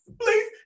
please